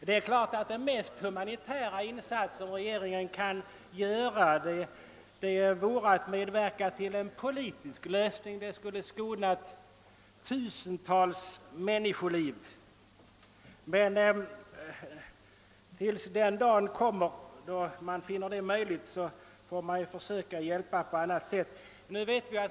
| Den största humanitära insats regeringen kan göra är att medverka till en politisk lösning. En : sådan skulle skona tusentals människoliv: Men till dess att den dagen kommer då detta blir möjligt får man försöka hjälpa på annat sätt.